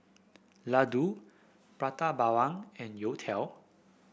laddu Prata Bawang and youtiao